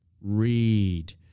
Read